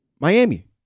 Miami